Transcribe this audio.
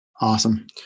Awesome